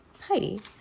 Heidi